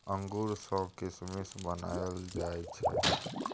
अंगूर सँ किसमिस बनाएल जाइ छै